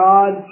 God